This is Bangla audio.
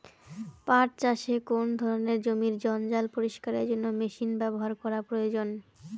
পাট চাষে কোন ধরনের জমির জঞ্জাল পরিষ্কারের জন্য মেশিন ব্যবহার করা প্রয়োজন?